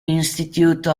institute